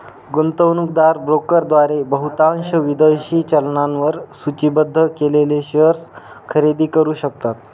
गुंतवणूकदार ब्रोकरद्वारे बहुतांश विदेशी चलनांवर सूचीबद्ध केलेले शेअर्स खरेदी करू शकतात